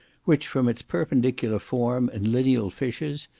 which from its perpendicular form, and lineal fissures,